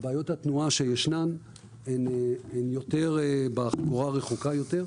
בעיות התנועה שיש הן בחגורה הרחוקה יותר,